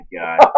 God